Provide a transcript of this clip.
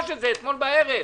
אתמול בערב.